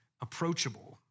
approachable